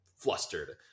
flustered